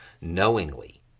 knowingly